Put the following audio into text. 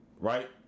Right